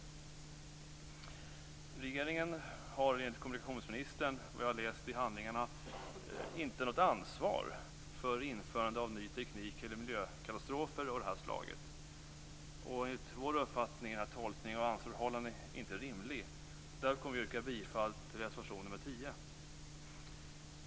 Jag har läst i handlingarna att enligt kommunikationsministern har regeringen inget ansvar för införandet av ny teknik eller miljökatastrofer av det här slaget. Enligt vår uppfattning är denna tolkning av ansvarsförhållandena inte rimlig. Därför kommer vi att yrka bifall till reservation nr 10.